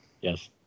Yes